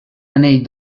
anell